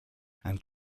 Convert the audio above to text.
and